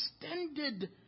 extended